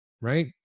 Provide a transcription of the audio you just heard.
right